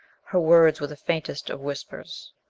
her words were the faintest of whispers